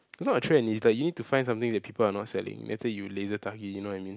it's not a trend is like you need to find something that people are not selling later you you know what I mean